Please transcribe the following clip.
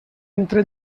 entre